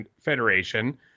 Federation